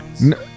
No